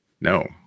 No